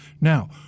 Now